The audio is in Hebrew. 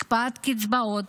הקפאת קצבאות,